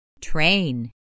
Train